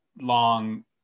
long